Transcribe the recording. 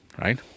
right